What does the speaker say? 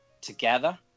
together